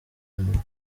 yanjye